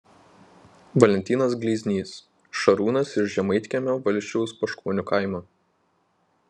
valentinas gleiznys šarūnas iš žemaitkiemio valsčiaus paškonių kaimo